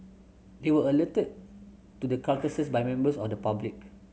they were alerted to the carcasses by members of the public